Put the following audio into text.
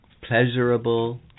pleasurable